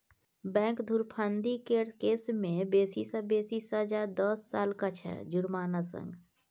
bank धुरफंदी केर case मे बेसी सँ बेसी सजा दस सालक छै जुर्माना संग